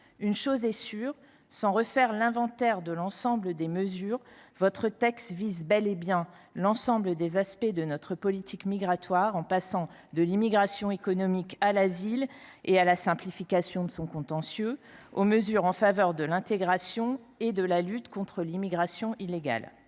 Une chose est sûre, sans refaire l’inventaire de la totalité des mesures, votre texte vise bel et bien l’ensemble des aspects de notre politique migratoire, en passant de l’immigration économique à l’asile et à la simplification de son contentieux, jusqu’aux mesures en faveur de l’intégration et de la lutte contre l’immigration illégale.